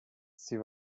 sie